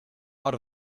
out